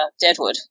Deadwood